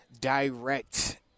direct